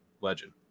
legend